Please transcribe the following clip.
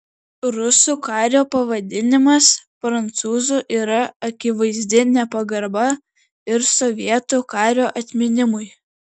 rusų kario pavadinimas prancūzu yra akivaizdi nepagarba ir sovietų kario atminimui